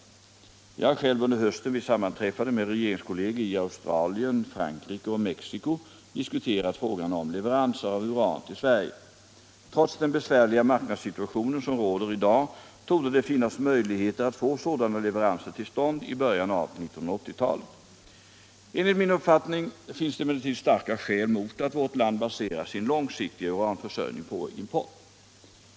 Jag har själv under hösten vid sammanträffande med regeringskolleger i Australien, Frankrike och Mexico diskuterat frågan om leveranser av uran till Sverige. Trots den besvärliga marknadssituation som råder i dag torde det finnas möjligheter att få sådana leveranser till stånd i början av 1980-talet. Enligt min uppfattning finns det emellertid starka skäl mot att vårt land baserar sin långsiktiga uranförsörjning på import.